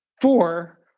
Four